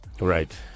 Right